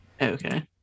Okay